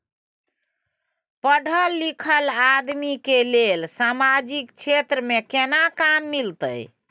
पढल लीखल आदमी के लेल सामाजिक क्षेत्र में केना काम मिलते?